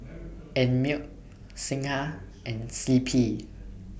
Einmilk Singha and C P